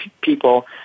people